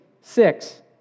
Six